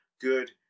good